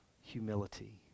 humility